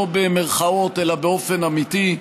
לא במירכאות אלא באופן אמיתי,